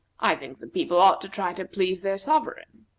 i think the people ought to try to please their sovereign.